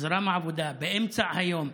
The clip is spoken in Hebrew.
חזרה מהעבודה, באמצע היום.